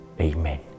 Amen